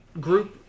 group